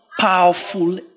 powerful